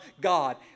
God